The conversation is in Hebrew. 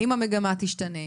האם המגמה תשתנה,